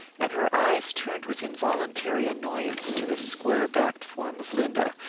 and her eyes turned with involuntary annoyance to the square-backed form of linda,